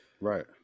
right